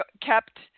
kept